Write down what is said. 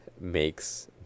makes